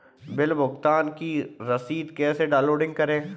Bill भुगतान की रसीद कैसे डाउनलोड करें?